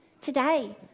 today